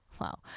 wow